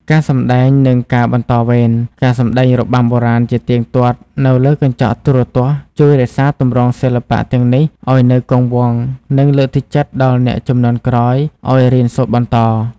ការសម្តែង និងការបន្តវេន ការសម្តែងរបាំបុរាណជាទៀងទាត់នៅលើកញ្ចក់ទូរទស្សន៍ ជួយរក្សាទម្រង់សិល្បៈទាំងនេះឱ្យនៅគង់វង្ស និងលើកទឹកចិត្តដល់អ្នកជំនាន់ក្រោយឱ្យរៀនសូត្របន្ត។